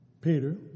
Peter